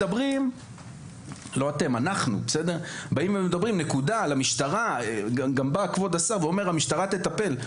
אנחנו מדברים על המשטרה וכבוד השר אומר שהמשטרה תטפל.